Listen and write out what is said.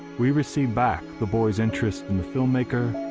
we receive back the boy's interest in the filmmaker,